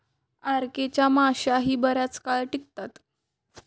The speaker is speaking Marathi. आर.के च्या माश्याही बराच काळ टिकतात